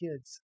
kids